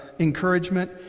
Encouragement